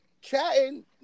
chatting